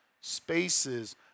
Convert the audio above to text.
spaces